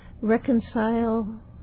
reconcile